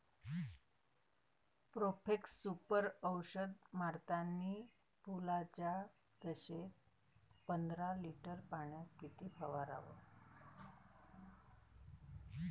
Profex Super औषध मारतानी फुलाच्या दशेत पंदरा लिटर पाण्यात किती फवाराव?